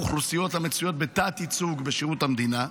אוכלוסיות המצויות בתת-ייצוג בשירות המדינה,